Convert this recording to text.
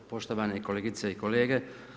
Poštovane kolegice i kolege.